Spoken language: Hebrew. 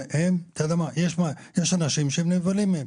יש אנשים שנבהלים,